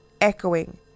echoing